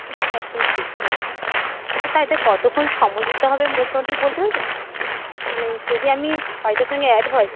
একদম ঠিক ম্যাডাম আচ্ছা তা এটা কতক্ষণ সময় দিতে হবে মোটামুটি বলতে পারবেন মানে যদি আমি কাজটার সঙ্গে অ্যাড হয়